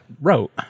wrote